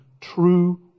true